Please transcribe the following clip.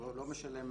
הוא לא משלם